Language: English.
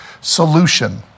solution